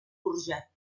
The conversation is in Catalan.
forjat